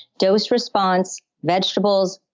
dose response, vegetables,